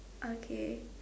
okay